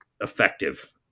effective